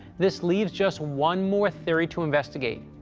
this leaves just one more theory to investigate.